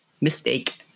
Mistake